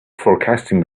forecasting